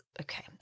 okay